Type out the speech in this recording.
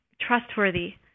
trustworthy